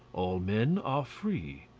all men are free.